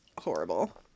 horrible